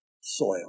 soil